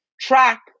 track